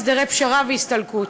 הסדרי פשרה והסתלקות).